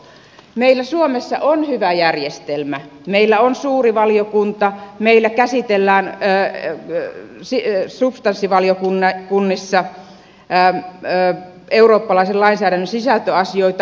meillä suomessa on hyvä järjestelmä meillä on suuri valiokunta meillä käsitellään substanssivaliokunnissa eurooppalaisen lainsäädännön sisältöasioita